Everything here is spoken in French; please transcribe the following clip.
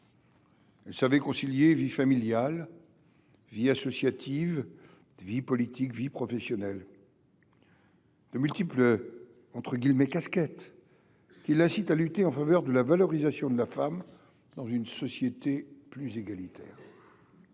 Elle sait concilier vie familiale, vie associative, vie politique et vie professionnelle, de multiples « casquettes » qui l’incitent à lutter en faveur de la valorisation de la femme dans une société plus égalitaire.